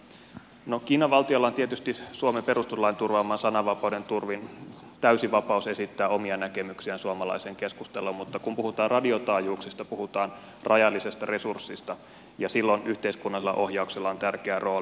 no kiinan valtiolla on tietysti suomen perustuslain turvaaman sananvapauden turvin täysi vapaus esittää omia näkemyksiään suomalaiseen keskusteluun mutta kun puhutaan radiotaajuuksista puhutaan rajallisesta resurssista ja silloin yhteiskunnallisella ohjauksella on tärkeä rooli